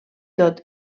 tot